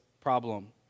problem